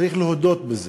צריך להודות בזה.